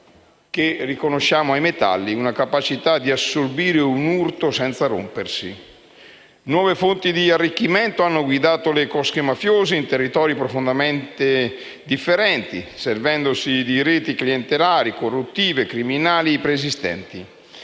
che riconosciamo ai metalli di assorbire un urto senza rompersi. Nuove fonti di arricchimento hanno guidato le cosche mafiose in territori profondamente differenti, servendosi di reti clientelari, corruttive e criminali preesistenti.